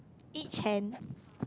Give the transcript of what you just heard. each hand